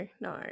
no